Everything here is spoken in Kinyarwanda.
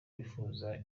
bifuza